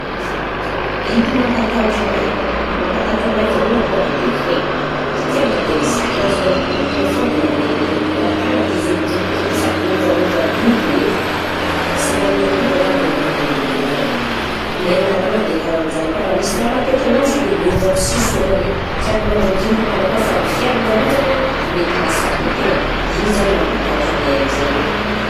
Biby mampatahotra anahy, biby mampatahotra anahy voalohany alongany de voey, satria na de mizaha ananjy mandrokindrokiny igny foagna dia mahamirimiry, raha tagna de izy midrokodroko sady miovamova lokony igny, aha! sy nan'ny amoriko raha de mampamirimiry anahy, menaragna de karaha an'izany koa, raha misy raha mahataitra ananjy izy de miova aby si sorany io sady mahavoavintagna raha koa fa ny fieranjareo zany a dia mety mahafaty an-tegna, dia igny zany mampatahotra anahy am'zareo.